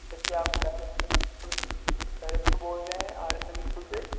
फिर क्या आप डायरेक्टर बोल रहे है आर एस एम स्कूल से